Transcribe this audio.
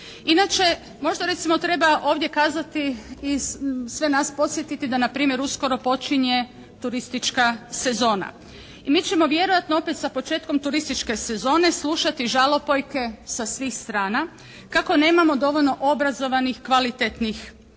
Inače, možda recimo treba ovdje kazati i sve nas podsjetiti da na primjer uskoro počinje turistička sezona. I mi ćemo vjerojatno opet sa početkom turističke sezone slušati žalopojke sa svih strana kako nemamo dovoljno obrazovanih, kvalitetnih kadrova